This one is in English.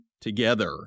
together